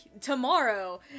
tomorrow